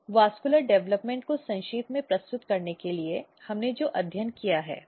संवहनी विकास को संक्षेप में प्रस्तुत करने के लिए हमने जो अध्ययन किया है